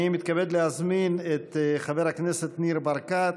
אני מתכבד להזמין את חבר הכנסת ניר ברקת.